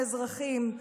האזרחים,